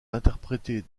interpréter